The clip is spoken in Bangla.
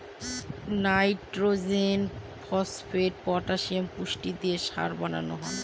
নাইট্রজেন, ফসপেট, পটাসিয়াম পুষ্টি দিয়ে সার বানানো হয়